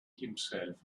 himself